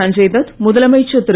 சஞ்சய் தத் முதலமைச்சர் திரு